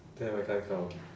damn I can't count